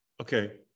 Okay